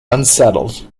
unsettled